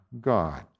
God